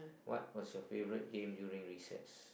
what was your favourite game during recess